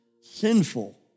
sinful